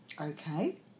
Okay